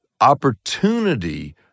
opportunity